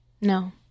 No